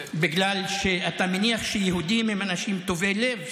בגלל שאתה מניח שיהודים הם אנשים טובי לב,